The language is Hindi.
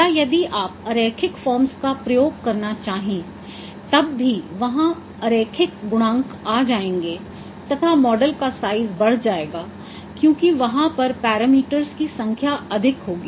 या यदि आप अरैखिक फॉर्मस का प्रयोग करना चाहे तब भी वहाँ अरैखिक गुणांक आ जायेंगे तथा मॉडल का साइज़ बढ़ जाएगा क्योंकि वहाँ पर पैरामीटर्स की संख्या अधिक होगी